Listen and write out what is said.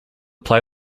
play